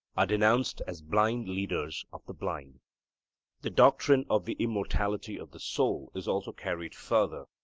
are denounced as blind leaders of the blind the doctrine of the immortality of the soul is also carried further,